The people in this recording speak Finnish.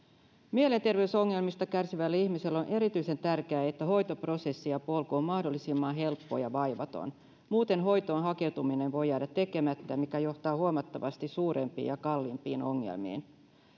mielenterveysongelmista kärsivälle ihmiselle on erityisen tärkeää että hoitoprosessi ja polku on mahdollisimman helppo ja vaivaton muuten hoitoon hakeutuminen voi jäädä tekemättä mikä johtaa huomattavasti suurempiin ja kalliimpiin ongelmiin